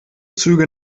züge